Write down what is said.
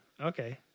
okay